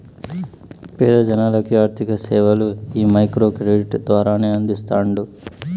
పేద జనాలకి ఆర్థిక సేవలు ఈ మైక్రో క్రెడిట్ ద్వారానే అందిస్తాండారు